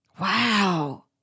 Wow